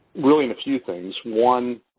really, in a few things. one,